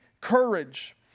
courage